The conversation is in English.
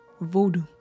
voodoo